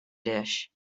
dish